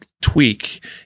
tweak